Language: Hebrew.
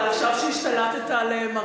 אבל עכשיו שהשתלטת עליהם,